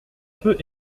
peut